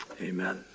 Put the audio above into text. Amen